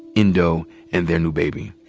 endo and their new baby.